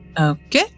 Okay